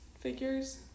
figures